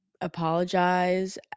apologize